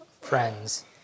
friends